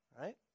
right